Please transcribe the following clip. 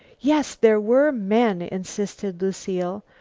yes, there were men, insisted lucile.